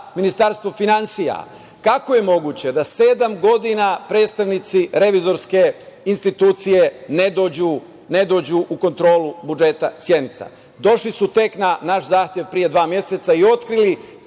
Ministarstvo finansija – kako je moguće da sedam godina predstavnici Revizorske institucije ne dođu u kontrolu budžeta Sjenica. Došli su tek na naš zahtev pre dva meseca i otkrili